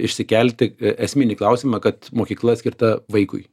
išsikelti esminį klausimą kad mokykla skirta vaikui